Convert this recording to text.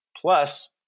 plus